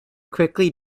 quickly